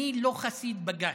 אני לא חסיד בג"ץ.